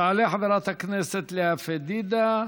תעלה חברת הכנסת לאה פדידה,